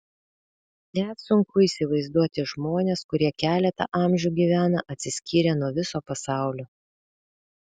net sunku įsivaizduoti žmones kurie keletą amžių gyvena atsiskyrę nuo viso pasaulio